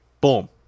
Boom